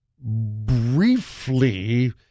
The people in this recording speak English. briefly